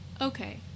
Okay